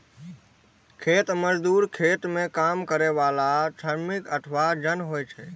खेत मजदूर खेत मे काम करै बला श्रमिक अथवा जन होइ छै